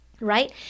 Right